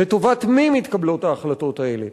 לטובת מי מתקבלות ההחלטות האלה,